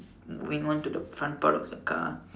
moving on to the front part of the car